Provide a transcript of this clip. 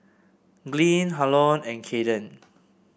Glynn Harlon and Cayden